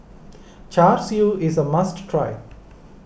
Char Siu is a must try